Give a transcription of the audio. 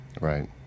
Right